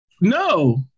No